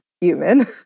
human